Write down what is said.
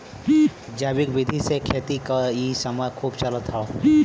जैविक विधि से खेती क इ समय खूब चलत हौ